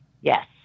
Yes